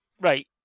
Right